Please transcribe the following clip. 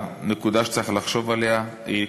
הנקודה שצריך לחשוב עליה היא,